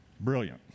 Brilliant